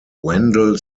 wendell